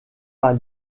pas